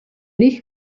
ich